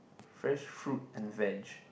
fresh fruit and veg